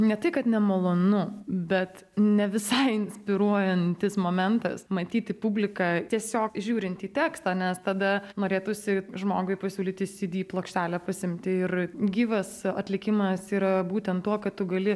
ne tai kad nemalonu bet ne visai inspiruojantis momentas matyti publiką tiesiog žiūrint į tekstą nes tada norėtųsi žmogui pasiūlyti cd plokštelę pasiimti ir gyvas atlikimas yra būtent tuo kad tu gali